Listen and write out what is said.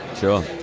Sure